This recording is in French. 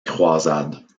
croisades